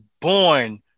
born